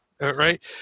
Right